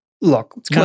Look